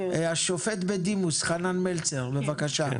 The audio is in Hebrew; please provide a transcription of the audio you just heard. השופט בדימוס, חנן מלצר, בבקשה.